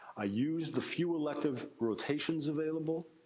i used the few elective rotations available,